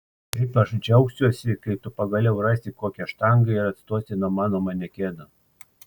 kaip aš džiaugsiuosi kai tu pagaliau rasi kokią štangą ir atstosi nuo mano manekeno